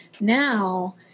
now